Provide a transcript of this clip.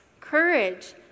courage